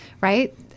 right